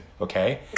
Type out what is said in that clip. okay